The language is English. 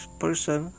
person